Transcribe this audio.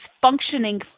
functioning